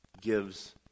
gives